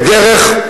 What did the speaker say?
בדרך,